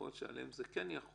שיכול להיות שעליהם זה כן יחול,